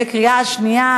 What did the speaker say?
בקריאה שנייה.